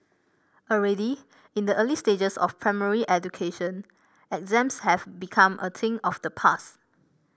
already in the early stages of primary education exams have become a thing of the past